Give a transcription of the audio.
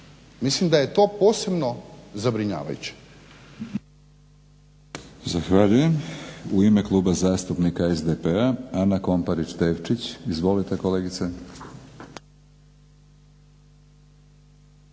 Mislim da je to posebno zabrinjavajuće.